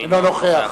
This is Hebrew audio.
אינו נוכח